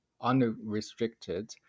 unrestricted